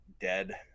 dead